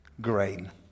Grain